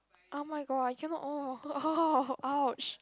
oh my god I cannot oh !ouch!